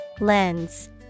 Lens